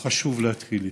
חשוב להתחיל איתו.